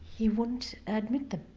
he wouldn't admit them.